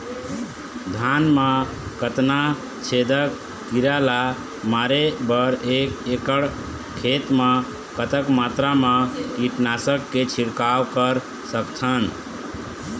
धान मा कतना छेदक कीरा ला मारे बर एक एकड़ खेत मा कतक मात्रा मा कीट नासक के छिड़काव कर सकथन?